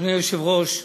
אדוני היושב-ראש,